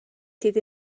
sydd